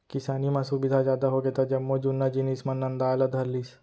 किसानी म सुबिधा जादा होगे त जम्मो जुन्ना जिनिस मन नंदाय ला धर लिस